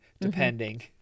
depending